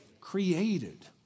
Created